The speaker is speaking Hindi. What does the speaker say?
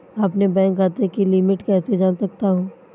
अपने बैंक खाते की लिमिट कैसे जान सकता हूं?